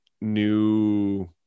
new